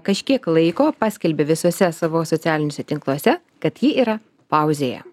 kažkiek laiko paskelbė visuose savo socialiniuose tinkluose kad ji yra pauzėje